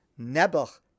Nebuch